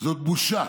זאת בושה